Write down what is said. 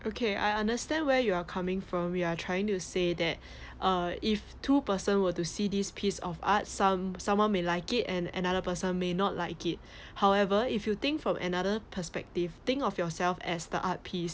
okay I understand where you are coming from we are trying to say that uh if two person were to see this piece of art some someone may like it and another person may not like it however if you think from another perspective think of yourself as the art piece